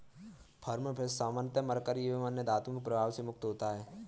farm fish सामान्यतः mercury एवं अन्य धातुओं के प्रभाव से मुक्त होता है